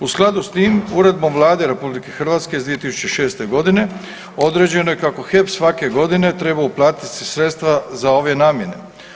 U skladu s tim Uredbom Vlade RH iz 2006.g. određeno je kako HEP svake godine treba uplatiti sredstva za ove namjene.